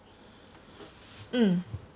mm